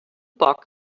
poc